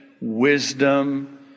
wisdom